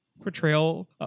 portrayal